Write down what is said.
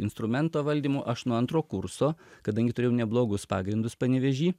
instrumento valdymu aš nuo antro kurso kadangi turėjau neblogus pagrindus panevėžy